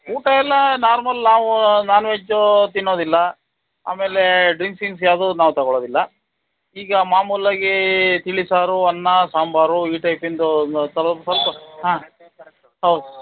ಊಟ ಎಲ್ಲ ನಾರ್ಮಲ್ ನಾವು ನಾನ್ವೆಜ್ಜು ತಿನ್ನೋದಿಲ್ಲ ಆಮೇಲೆ ಡ್ರಿಂಕ್ಸ್ ಗಿಂಕ್ಸ್ ಯಾವುದೂ ನಾವು ತೊಗೊಳೋದಿಲ್ಲ ಈಗ ಮಾಮೂಲಾಗಿ ತಿಳಿ ಸಾರು ಅನ್ನ ಸಾಂಬಾರು ಈ ಟೈಪಿಂದು ಸ್ವಲ್ಪ ಹಾಂ ಹೌದು